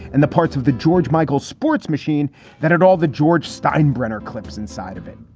and the parts of the george michael sports machine that had all the george steinbrenner clips inside of it.